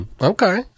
okay